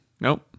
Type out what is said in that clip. nope